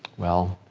well,